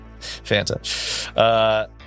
Fanta